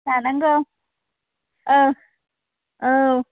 लानांगौ औ औ